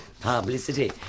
publicity